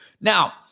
Now